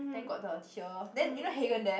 then got the here then you know Haagen-Dazs